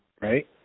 right